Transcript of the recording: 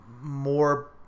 more